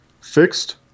fixed